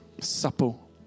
supple